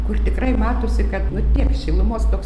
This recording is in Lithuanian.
kur tikrai matosi kad nu tiek šilumos toks